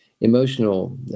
emotional